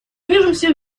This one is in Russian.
движемся